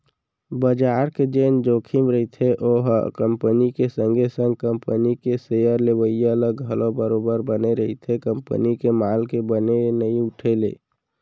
बजार के जेन जोखिम रहिथे ओहा कंपनी के संगे संग कंपनी के सेयर लेवइया ल घलौ बरोबर बने रहिथे कंपनी के माल के बने नइ उठे ले